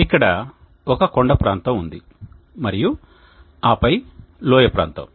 ఇక్కడ ఒక కొండ ప్రాంతం ఉంది మరియు ఆపై లోయ ప్రాంతం